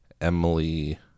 Emily